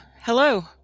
hello